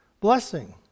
blessing